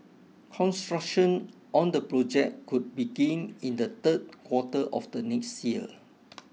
construction on the project could begin in the third quarter of the next year